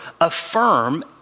affirm